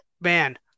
Man